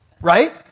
right